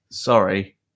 Sorry